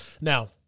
Now